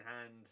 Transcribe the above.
hand